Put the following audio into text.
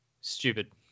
Stupid